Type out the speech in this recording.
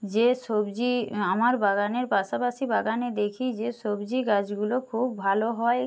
যে সবজি আমার বাগানের পাশাপাশি বাগানে দেখি যে সবজি গাছগুলো খুব ভালো হয়